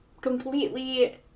completely